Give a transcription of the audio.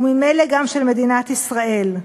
וממילא גם של מדינת ישראל.